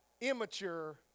immature